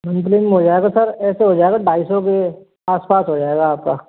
monthly में हो जाएगा सर ऐसे हो जाएगा ढाई सौ के आस पास हो जाएगा आपका